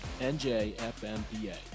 NJFMBA